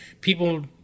people